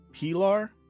Pilar